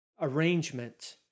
arrangement